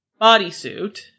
bodysuit